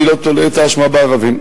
אני לא תולה את האשמה בערבים.